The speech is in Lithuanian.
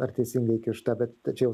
ar teisingai įkišta bet tačiau